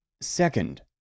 Second